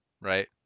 right